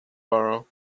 borrow